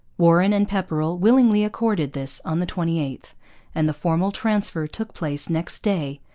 warren and pepperrell willingly accorded this on the twenty eighth and the formal transfer took place next day,